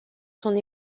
son